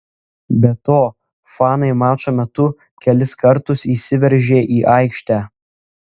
be to fanai mačo metu kelis kartus įsiveržė į aikštę